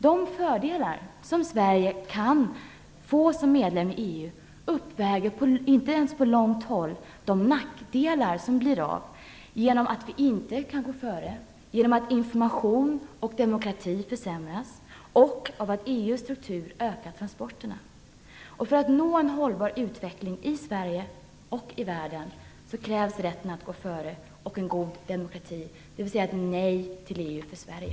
De fördelar som Sverige kan få som medlem i EU uppväger inte ens på långt när de nackdelar som följer genom att vi inte kan gå före, genom att information och demokrati försämras och genom att EU:s struktur ökar transporterna. För att vi skall nå en hållbar utveckling i Sverige och i världen krävs rätten att gå före och att vi har en god demokrati, dvs. ett nej till EU för Sverige.